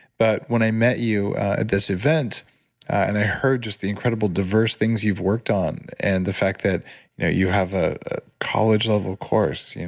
but when i met you at this event and i heard just the incredible diverse things you've worked on and the fact that you know you have a college level course,